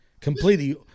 completely